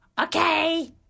okay